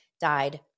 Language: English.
died